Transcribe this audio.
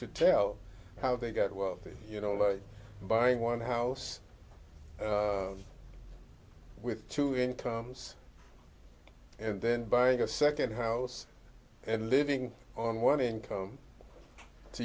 to tell how they got wealthy you know like buying one house with two incomes and then buying a second house and living on one income to